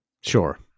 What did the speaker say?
sure